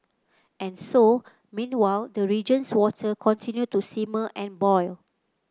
and so meanwhile the region's water continue to simmer and boil